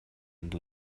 and